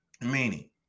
meaning